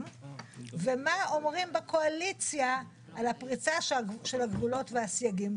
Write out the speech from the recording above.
ומה אומרים בקואליציה על הפריצה של הגבולות והסייגים?